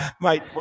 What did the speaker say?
mate